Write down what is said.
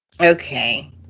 Okay